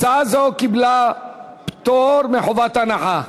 הצעה זו קיבלה פטור מחובת הנחה.